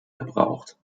gebraucht